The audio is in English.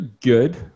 good